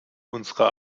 unserer